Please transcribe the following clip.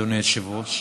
אדוני היושב-ראש,